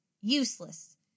Useless